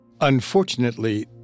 Unfortunately